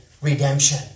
redemption